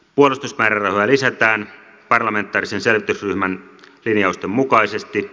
puolustusmäärärahoja lisätään parlamentaarisen selvitysryhmän linjausten mukaisesti